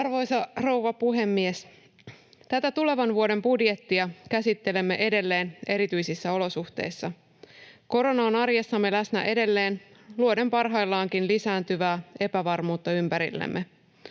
Arvoisa rouva puhemies! Tätä tulevan vuoden budjettia käsittelemme edelleen erityisissä olosuhteissa. Korona on arjessamme läsnä edelleen luoden parhaillaankin lisääntyvää epävarmuutta ympärillemme.